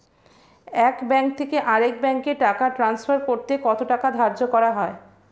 এক ব্যাংক থেকে আরেক ব্যাংকে টাকা টান্সফার করতে কত টাকা ধার্য করা হয়?